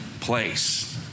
place